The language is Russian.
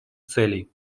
целей